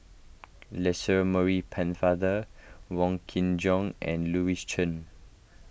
Lancelot Maurice Pennefather Wong Kin Jong and Louis Chen